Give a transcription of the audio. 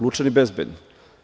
Lučani bezbedni.